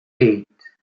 eight